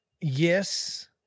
Yes